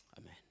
Amen